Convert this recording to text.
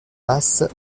lasse